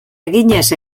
eginez